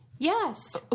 Yes